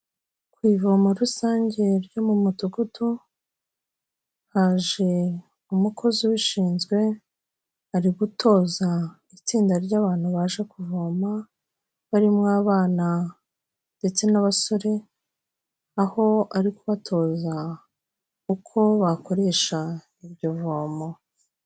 Ku ivomo rusange ryo mu mudugudu, haje umukozi ubishinzwe, ari gutoza itsinda ry'abantu baje kuvoma, barimo abana ndetse n'abasore, aho ari kubatoza uko bakoresha iryo vomo.